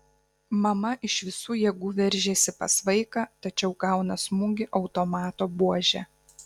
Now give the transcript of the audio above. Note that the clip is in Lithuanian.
mama iš visų jėgų veržiasi pas vaiką tačiau gauna smūgį automato buože